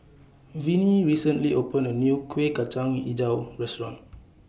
Vinnie recently opened A New Kuih Kacang Hijau Restaurant